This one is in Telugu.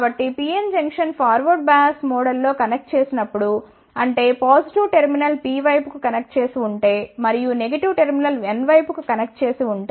కాబట్టి PN జంక్షన్ ఫార్వర్డ్ బయాస్ మోడ్లో కనెక్ట్ చేసినప్పుడు అంటే పాజిటివ్ టెర్మినల్ P వైపుకు కనెక్ట్ చేసి ఉంటే మరియు నెగెటివ్ టెర్మినల్ N వైపుకు కనెక్ట్ చేసి ఉంటే